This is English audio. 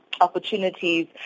opportunities